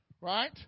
right